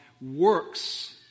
works